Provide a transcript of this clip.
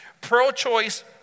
Pro-choice